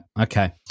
okay